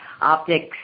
optics